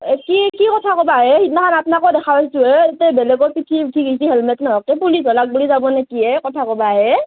এই কি কি কথা ক'ব আহেই হে সিদিনাখন আপোনাক দেখা পাইছোঁ হে ইতেই বেলেগোৰ পিঠিত উঠি গৈছে হেলমেট নহৱাকে পুলিচ হলাক বুলি যাব নেকি এই কথা কবা আহেই